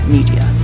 Media